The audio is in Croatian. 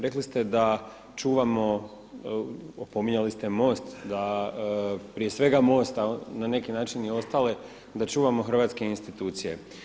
Rekli ste da čuvamo, opominjali ste MOST da, prije svega MOST, a na neki način i ostale, da čuvamo hrvatske institucije.